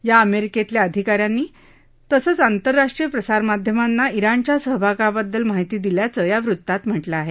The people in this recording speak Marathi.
या अमेरिकेतल्या अधिकाऱ्यांनी तसंच आंतरराष्ट्रीय प्रसारमाध्यमांना जिणच्या सहभागाबद्दल माहिती दिल्याचं या वृत्तात म्हटलं आहे